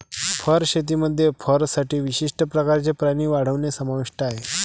fur शेतीमध्ये फरसाठी विशिष्ट प्रकारचे प्राणी वाढवणे समाविष्ट आहे